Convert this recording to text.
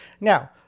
Now